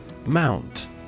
Mount